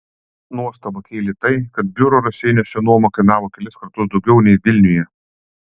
nuostabą kėlė tai kad biuro raseiniuose nuoma kainavo kelis kartus daugiau nei vilniuje